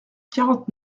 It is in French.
quarante